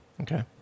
Okay